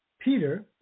Peter